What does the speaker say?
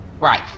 Right